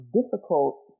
difficult